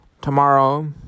tomorrow